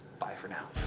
bye for now.